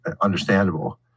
understandable